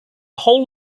whole